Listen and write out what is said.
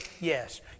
Yes